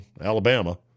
Alabama